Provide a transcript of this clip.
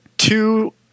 Two